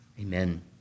Amen